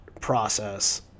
process